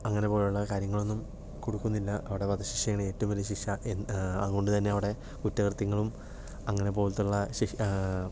അങ്ങനെയുള്ള കാര്യങ്ങൾ ഒന്നും കൊടുക്കുന്നില്ല അവിടെ വധശിക്ഷയാണ് ഏറ്റവും വലിയ ശിക്ഷ എന്ത് അതുകൊണ്ടുതന്നെ അവിടെ കുറ്റകൃത്യങ്ങളും അങ്ങനെ പോലത്തുള്ള ശി ആ